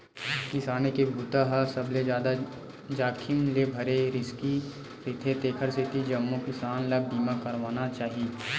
किसानी के बूता ह सबले जादा जाखिम ले भरे रिस्की रईथे तेखर सेती जम्मो किसान ल बीमा करवाना चाही